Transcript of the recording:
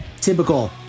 Typical